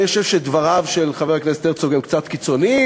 אני חושב שדבריו של חבר הכנסת הרצוג הם קצת קיצוניים,